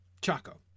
Chaco